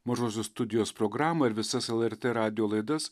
mažosios studijos programą ir visas lrt radijo laidas